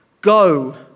Go